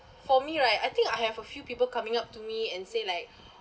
for me right I think I have a few people coming up to me and say like